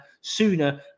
sooner